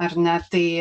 ar ne tai